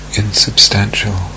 insubstantial